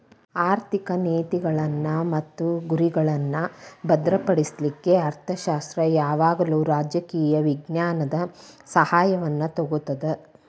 ಆರ್ಥಿಕ ನೇತಿಗಳ್ನ್ ಮತ್ತು ಗುರಿಗಳ್ನಾ ಭದ್ರಪಡಿಸ್ಲಿಕ್ಕೆ ಅರ್ಥಶಾಸ್ತ್ರ ಯಾವಾಗಲೂ ರಾಜಕೇಯ ವಿಜ್ಞಾನದ ಸಹಾಯವನ್ನು ತಗೊತದ